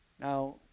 now